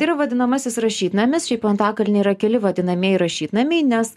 tai yra vadinamasis rašytnamis šiaip antakalny yra keli vadinamieji rašytnamiai nes